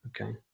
Okay